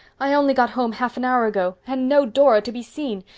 i only got home half an hour ago. and no dora to be seen.